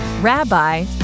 Rabbi